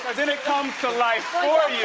then it comes to life for you.